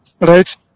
right